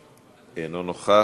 אינו נוכח,